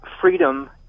freedom